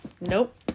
Nope